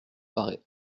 paraît